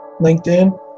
LinkedIn